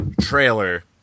trailer